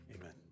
Amen